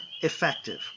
effective